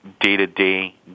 day-to-day